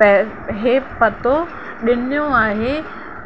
पै इहे पतो ॾिनो आहे